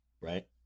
right